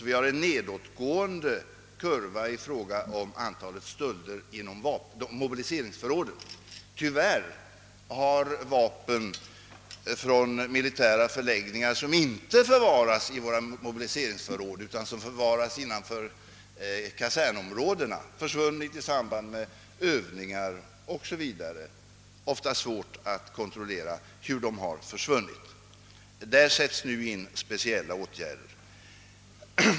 Vi har en nedåtgående kurva i fråga om stölder inom mobiliseringsförråden. Tyvärr har däremot stölderna av vapen från militära förläggningar som inte förvaras i mobiliseringsförråd utan inom kasernområdena ökat. Vapen har försvunnit i samband med övningar m.m., och det har ofta varit svårt att utröna hur det har skett. Där sätts nu in speciella åtgärder.